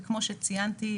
כמו שציינתי,